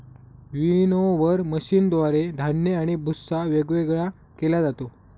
winnower मशीनद्वारे धान्य आणि भुस्सा वेगवेगळा केला जातो